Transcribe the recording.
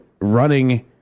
running